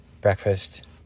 breakfast